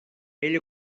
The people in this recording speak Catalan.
ell